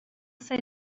say